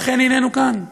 ואכן, הננו כאן.